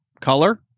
color